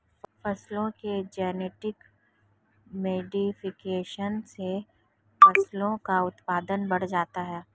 फसलों के genetic modification से फसलों का उत्पादन बढ़ जाता है